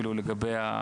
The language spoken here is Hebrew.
אפילו לגבי מה